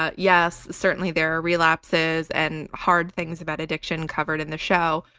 ah yes, certainly, there are relapses and hard things about addiction covered in the show,